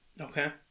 Okay